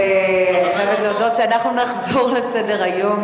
ואני חייבת להודות שאנחנו נחזור לסדר-היום,